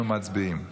אנחנו מצביעים.